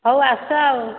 ହଉ ଆସ ଆଉ